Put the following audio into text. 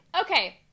Okay